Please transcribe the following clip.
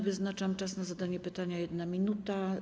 Wyznaczam czas na zadanie pytania - 1 minuta.